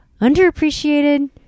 underappreciated